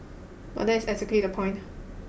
but that is exactly the point